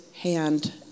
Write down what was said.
hand